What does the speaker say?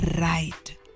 right